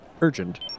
urgent